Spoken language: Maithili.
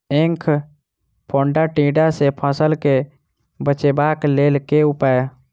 ऐंख फोड़ा टिड्डा सँ फसल केँ बचेबाक लेल केँ उपाय?